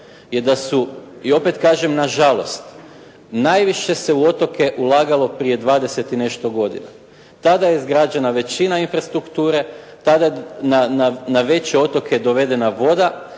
i opet kažem, na žalost, najviše se u otoke ulagalo prije dvadeset i nešto godina. Tada je izgrađena većina infrastrukture, tada je na veće otoke dovedena voda